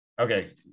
Okay